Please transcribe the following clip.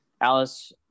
alice